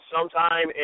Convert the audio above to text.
sometime